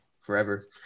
forever